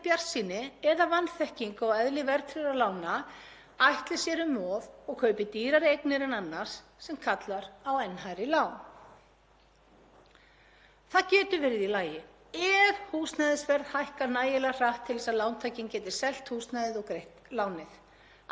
Það getur verið í lagi ef húsnæðisverð hækkar nægilega hratt til að lántakinn geti selt húsnæðið og greitt lánið ásamt uppsöfnuðum kostnaði til baka og bjargast úr stöðunni sem of mikil skuldsetning kemur honum í.